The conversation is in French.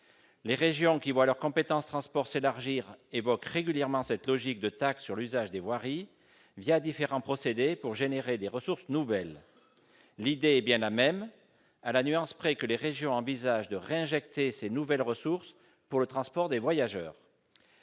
Les régions, qui voient leur compétence transport s'élargir, évoquent régulièrement cette logique de taxe sur l'usage des voiries différents procédés pour dégager des ressources nouvelles. L'idée est bien la même, à la nuance près que les régions envisagent de réinjecter ces nouvelles ressources pour le transport des voyageurs.